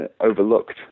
overlooked